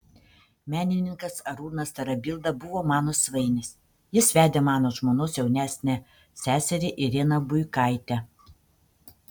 menininkas arūnas tarabilda buvo mano svainis jis vedė mano žmonos jaunesnę seserį ireną buikaitę